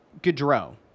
Gaudreau